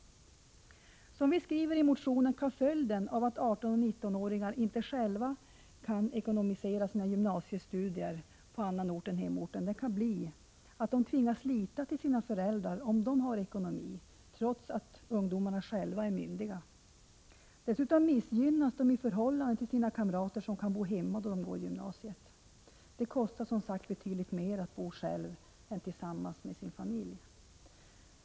Som vi skriver i motionen kan följden av att 18-19-åringar inte själva kan finansiera sina gymnasiestudier på annan ort än hemorten bli att de, trots att de är myndiga, tvingas lita till sina föräldrar, om dessa har en sådan ekonomi att de kan hjälpa till. Dessutom missgynnas ungdomarna i förhållande till de kamrater som kan bo hemma när de går i gymnasieskolan. Det kostar, som sagt, betydligt mer att bo ensam än att bo tillsammans med sin familj.